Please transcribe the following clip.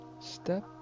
step